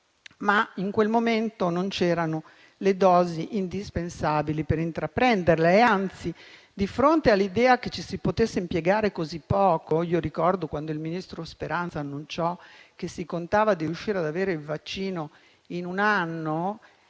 ma in quel momento non c'erano le dosi indispensabili per intraprenderla. Di fronte all'idea che ci si potesse impiegare così poco - ricordo quando il ministro Speranza annunciò che si contava di riuscire ad avere il vaccino in un anno,